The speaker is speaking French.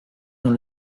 dans